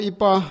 Ipa